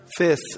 fifth